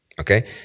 okay